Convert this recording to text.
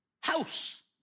house